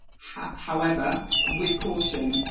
however, with caution,